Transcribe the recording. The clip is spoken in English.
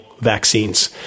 vaccines